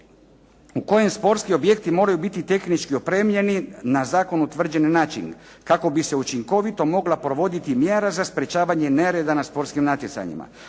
u kojem sportski objekti moraju biti tehnički opremljeni na zakon utvrđen način, kako bi se učinkovito mogla provoditi mjera za sprječavanje nereda na sportskim natjecanjima.